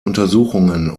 untersuchungen